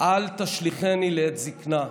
"אל תשליכני לעת זקנה".